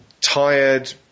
tired